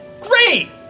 Great